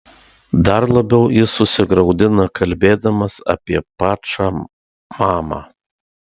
dar labiau jis susigraudina kalbėdamas apie pačą mamą